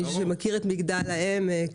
מי שמכיר את מגדל העמק,